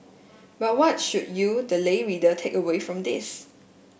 but what should you the lay reader take away from this